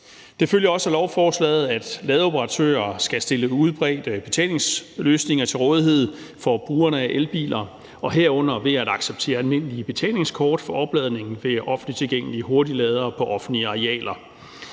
Det følger også af lovforslaget, at ladeoperatører skal stille udbredte betalingsløsninger til rådighed for brugerne af elbiler, herunder ved at acceptere almindelige betalingskort for opladning ved offentligt tilgængelige hurtigladere på offentlige arealer.